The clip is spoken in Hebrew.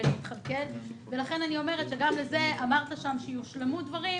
אמרת שיושלמו דברים.